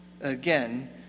Again